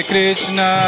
Krishna